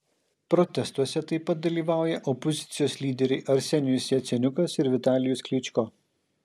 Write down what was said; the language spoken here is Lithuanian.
protestuose taip pat dalyvauja opozicijos lyderiai arsenijus jaceniukas ir vitalijus klyčko